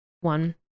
one